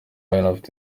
afite